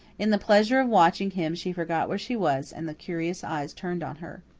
in the pleasure of watching him she forgot where she was and the curious eyes turned on her.